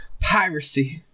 Piracy